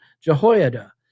Jehoiada